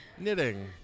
Knitting